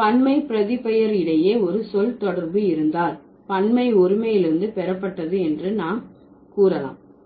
பன்மை பிரதிபெயர் இடையே ஒரு சொல் தொடர்பு இருந்தால் பன்மை ஒருமையிலிருந்து பெறப்பட்டது என்று நாம் கூறலாம்